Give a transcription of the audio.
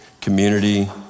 community